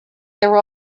there